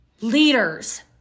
leaders